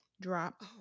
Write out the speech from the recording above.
Drop